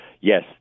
Yes